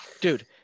dude